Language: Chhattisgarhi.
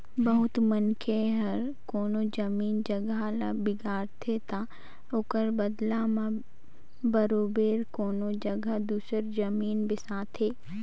बहुत मनखे हर कोनो जमीन जगहा ल बिगाड़थे ता ओकर बलदा में बरोबेर कोनो जगहा दूसर जमीन बेसाथे